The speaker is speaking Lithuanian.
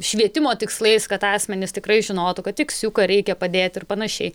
švietimo tikslais kad asmenys tikrai žinotų kad iksiuką reikia padėti ir panašiai